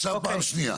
עכשיו פעם שנייה.